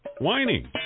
whining